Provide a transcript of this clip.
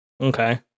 Okay